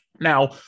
now